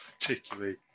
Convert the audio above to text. particularly